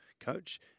coach